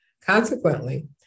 Consequently